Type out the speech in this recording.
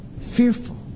fearful